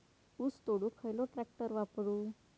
ऊस तोडुक खयलो ट्रॅक्टर वापरू?